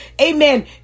Amen